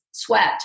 sweat